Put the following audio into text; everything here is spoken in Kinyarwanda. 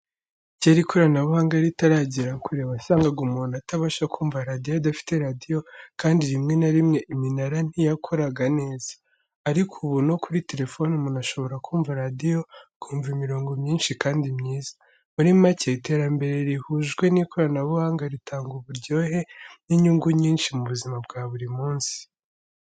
Kera ikoranabuhanga ritaragera kure, wasangaga umuntu atabasha kumva radiyo adafite radiyo, kandi rimwe na rimwe iminara ntiyakoraga neza. Ariko ubu no kuri terefone umuntu ashobora kumva radiyo, akumva imirongo myinshi kandi myiza. Muri make, iterambere rihujwe n’ikoranabuhanga ritanga uburyohe n’inyungu nyinshi mu buzima bwa buri munsi.